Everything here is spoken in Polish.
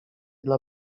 dla